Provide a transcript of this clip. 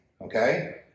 okay